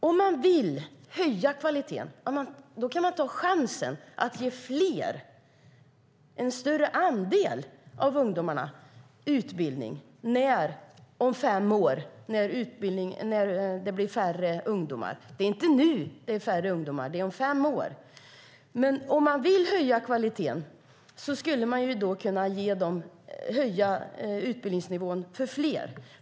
Om man vill höja kvaliteten kan man ta chansen att ge en större andel av ungdomarna utbildning om fem år när det blir färre ungdomar; det är inte nu det är färre ungdomar utan om fem år. Om man vill höja kvaliteten skulle man kunna höja utbildningsnivån för fler.